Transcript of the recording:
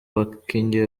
bakinnyi